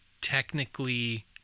technically